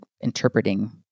interpreting